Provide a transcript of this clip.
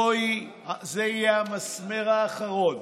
זה יהיה המסמר האחרון